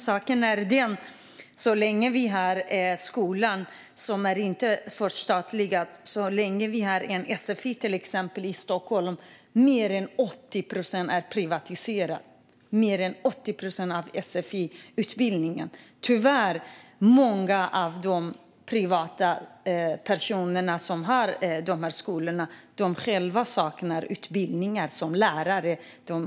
Saken är den att det är svårt så länge vi har en skola som inte är förstatligad. Vi har till exempel en sfi-utbildning i Stockholm som till mer än 80 procent är privatiserad. Tyvärr saknar många av de privata personer som har dessa skolor själva utbildning som lärare.